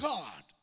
God